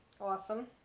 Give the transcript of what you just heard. Awesome